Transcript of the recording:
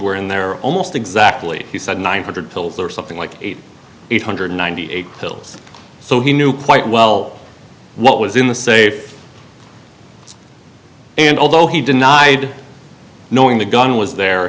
were in there almost exactly he said nine hundred pills or something like eight hundred ninety eight pills so he knew quite well what was in the safe and although he denied knowing the gun was there